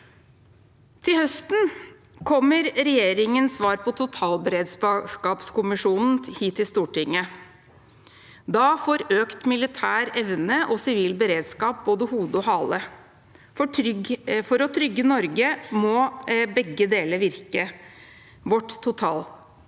Til høsten kommer regjeringens svar på totalberedskapskommisjonen hit til Stortinget. Da får økt militær evne og sivil beredskap både hode og hale. For å trygge Norge må begge deler virke – vårt totalforsvar.